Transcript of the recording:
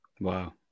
Wow